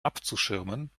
abzuschirmen